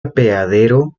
apeadero